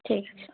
ঠিক আছে